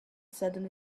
sudden